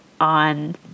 on